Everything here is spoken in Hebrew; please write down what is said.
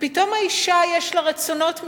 ופתאום האשה, יש לה רצונות משלה.